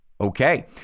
Okay